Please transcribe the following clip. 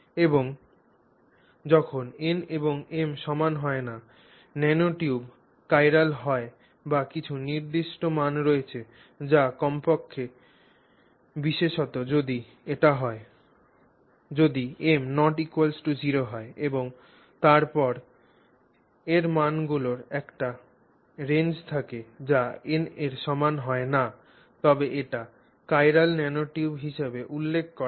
এবং যখন n এবং m সমান হয় না ন্যানোটিউব চিরাল হয় বা কিছু নির্দিষ্ট মান রয়েছে যা বা কমপক্ষে বিশেষত যদি এটি হয় যদি m ≠ 0 হয় এবং তার পরে m এর মানগুলির একটি ব্যাপ্তি থাকে যা n এর সমান হয় না তবে এটি চিরাল ন্যানোটিউব হিসাবে উল্লেখ করা হয়